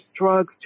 drugs